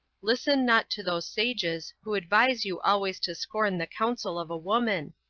listen not to those sages who advise you always to scorn the counsel of a woman,